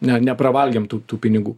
ne nepravalgėm tų tų pinigų